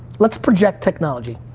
let's project technology.